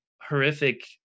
horrific